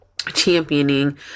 championing